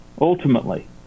ultimately